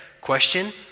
Question